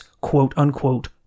quote-unquote